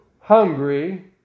hungry